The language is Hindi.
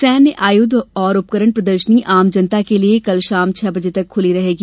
सैन्य आयुध और उपकरण प्रदर्शनी आम जनता के लिए कल शाम छह बजे तक खुली रहेगी